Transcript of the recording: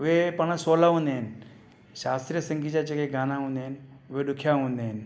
उहे पाण सवला हूंदा आहिनि शास्त्रीय संगीत जा जेके गाना हूंदा आहिनि उहे ॾुखिया हूंदा आहिनि